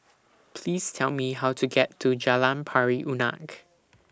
Please Tell Me How to get to Jalan Pari Unak